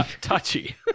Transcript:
Touchy